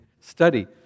study